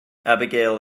abigail